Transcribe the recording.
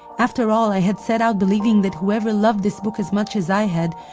after all, i had set out believing that whoever loved this book as much as i had,